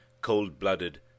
cold-blooded